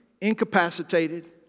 incapacitated